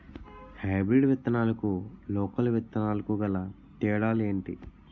Hybrid విత్తనాలకు local విత్తనాలకు గల తేడాలు ఏంటి?